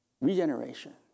regeneration